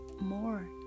more